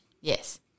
Yes